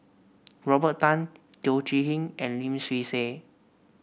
Robert Tan Teo Chee Hean and Lim Swee Say